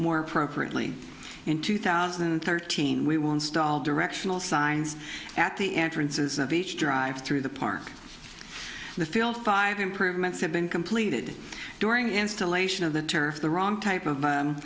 more appropriately in two thousand and thirteen we will install directional signs at the entrances of each drive through the park the field five improvements have been completed during installation of the turf the wrong type of